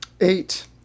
eight